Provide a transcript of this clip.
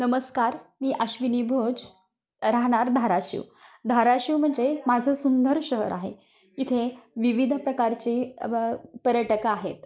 नमस्कार मी आश्विनी भोज राहणार धाराशिव धाराशिव म्हणजे माझं सुंदर शहर आहे इथे विविध प्रकारचे पर्यटक आहेत